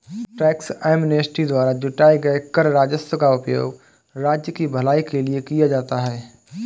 tax amnesty द्वारा जुटाए गए कर राजस्व का उपयोग राज्य की भलाई के लिए किया जाता है